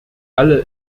alle